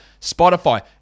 Spotify